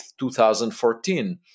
2014